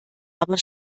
aber